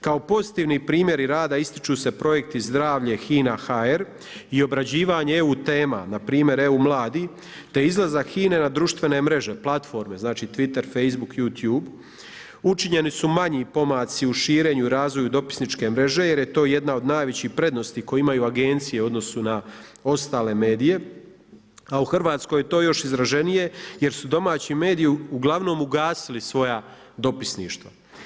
Kao pozitivni primjeri rada ističu se projekti zdravlje HINA HR i obrađivanje EU tema, npr. EU mladih, te izlazak HINA-e na društvene mreže, platforme, znači Twitter, Facebook, YouTube, učinjeni su manji pomaci u širenju razvoju, dopisničke mreže, jer je to jedna od najvećih prednosti, koje imaju agencije u odnosu na ostale medije, a u Hrvatskoj je to još izraženije, jer su domaći mediji ugl. ugasili svoja dopisništva.